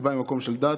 מקום של דת.